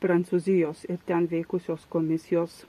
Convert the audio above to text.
prancūzijos ir ten veikusios komisijos